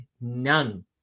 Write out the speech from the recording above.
none